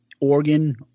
Organ